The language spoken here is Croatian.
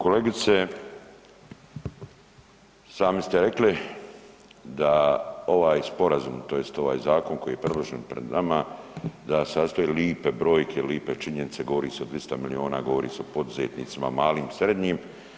Kolegice, sami ste rekli da ovaj sporazum tj. ovaj zakon koji je predložen pred nama da sastoji lipe brojke, lipe činjenice, govori se o 200 milijona, govori se o poduzetnicima, malim, srednjim.